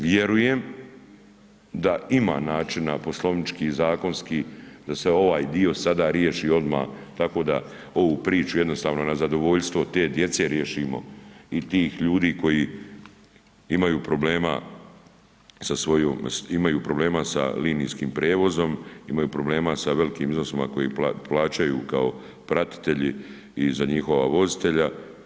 Vjerujem da ima načina poslovnički, zakonski da se ovaj dio sada riješi odmah tako da ovu priču jednostavno na zadovoljstvo te djece riješimo i tih ljudi koji imaju problema sa svojom, imaju problema sa linijskim prijevozom, imaju problema sa velikim iznosima koje plaćaju kao pratitelji i za njihova vozitelja.